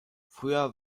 früher